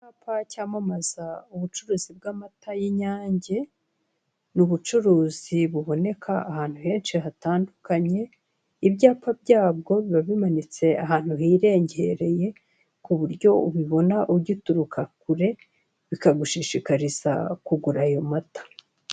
Icyapa cyamamaza ubucuruzi bw'amata y'inyange, ni ubucuruzi buboneka ahantu henshi hatandukanye. Ibyapa byabwo biba bimanitse ahantu hirengeye kuburyo ubibona ugituruka kure, bikagushishikariza kugura ayo mata.